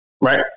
right